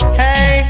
hey